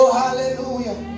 hallelujah